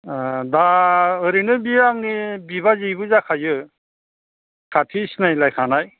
दा ओरैनो बेयो आंनि बिबाजैबो जाखायो खाथि सिनायलायखानाय